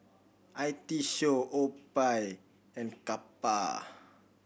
I T Show OPI and Kappa